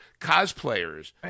cosplayers